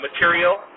material